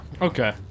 Okay